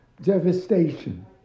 devastation